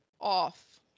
off